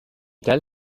tell